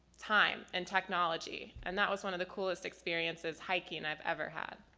time and technology. and that was one of the coolest experiences hiking i've ever had.